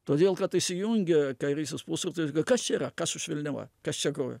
todėl kad įsijungia kairysis pusrutulis kas čia yra kas už velniava kas čia groja